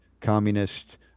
communist